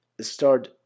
start